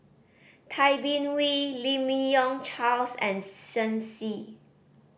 Tay Bin Wee Lim Yi Yong Charles and Shen Xi